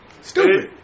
Stupid